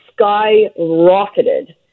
skyrocketed